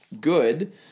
good